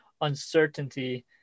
uncertainty